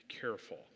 careful